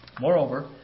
Moreover